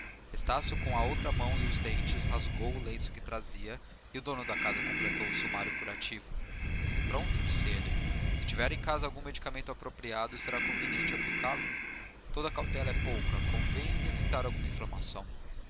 estácio com a outra mão e os dentes rasgou o lenço que trazia e o dono da casa completou o sumário curativo pronto disse ele se tiver em casa algum medicamento apropriado será conveniente aplicá lo toda a cautela é pouca convém evitar alguma inflamação